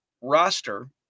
roster